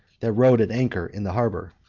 that rode at anchor in the harbor.